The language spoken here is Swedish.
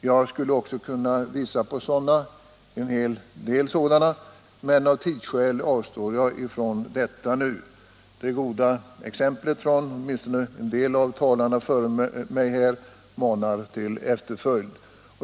Jag skulle också kunna visa på en hel del sådana exempel, men av tidsskäl avstår jag från detta nu — det goda exemplet från åtminstone en del av talarna före mig manar till efterföljd.